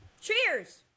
cheers